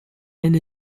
and